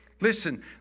listen